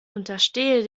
unterstehe